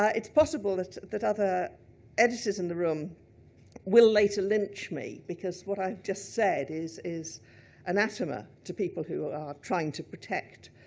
it's possible that that other editors in the room will later lynch me, because what i've just said is is anathema to people who are trying to protect,